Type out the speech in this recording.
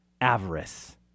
Avarice